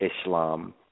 Islam